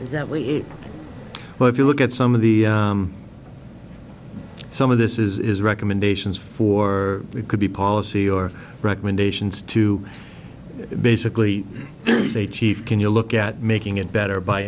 well if you look at some of the some of this is recommendations for it could be policy or recommendations to basically say chief can you look at making it better by